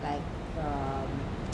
like err